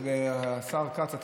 השר כץ,